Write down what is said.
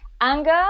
anger